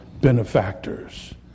benefactors